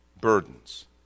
burdens